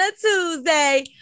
Tuesday